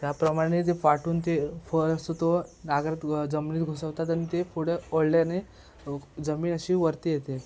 त्याप्रमाणे जे पाठून ते फाळ असतो तो नांगरात जमिनीत घुसवतात आणि ते पुढं ओढल्याने जमीन अशी वरती येते